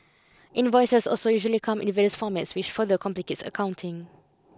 invoices also usually come in various formats which further complicates accounting